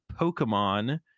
pokemon